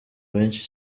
benshi